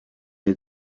had